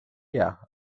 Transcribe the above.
yeah